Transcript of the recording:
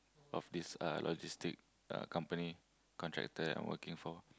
of this uh logistic uh company contractor that I'm working for